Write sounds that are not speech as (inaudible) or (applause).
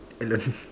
alone (laughs)